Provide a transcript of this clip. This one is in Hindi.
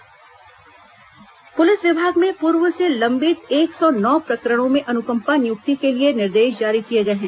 पुलिस अनुकंपा नियुक्ति पुलिस विभाग में पूर्व से लंबित एक सौ नौ प्रकरणों में अनुकंपा नियुक्ति के लिए निर्देश जारी किए गए हैं